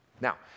Now